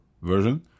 version